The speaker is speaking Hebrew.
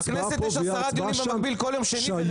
בכנסת יש 10 דיונים במקביל כול יום שני ורביעי.